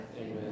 Amen